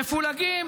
מפולגים,